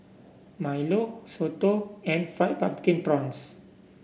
milo soto and Fried Pumpkin Prawns